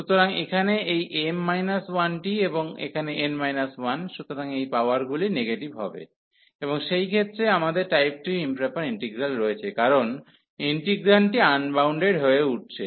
সুতরাং এখানে এই m 1 টি এবং এখানে n 1 সুতরাং এই পাওয়ারগুলি নেগেটিভ হবে এবং সেই ক্ষেত্রে আমাদের টাইপ 2 ইম্প্রপার ইন্টিগ্রাল রয়েছে কারণ ইন্টিগ্রান্ডটি আনবাউন্ডেড হয়ে উঠছে